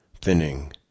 thinning